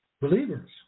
Believers